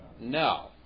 No